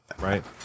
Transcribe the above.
Right